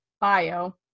bio